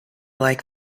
like